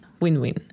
Win-win